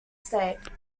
state